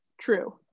true